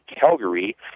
Calgary